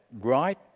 right